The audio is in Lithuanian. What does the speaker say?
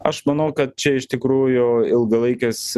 aš manau kad čia iš tikrųjų ilgalaikis